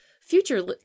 future